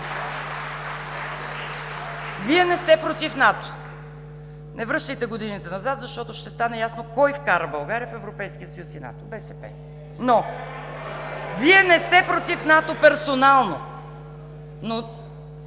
Вие не сте против НАТО. Не връщайте годините назад, защото ще стане ясно кой вкара България в Европейския съюз и НАТО – БСП! (Възгласи „Ееее!“ от ОП.) Вие не сте против НАТО персонално, но